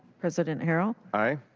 president harrell. aye.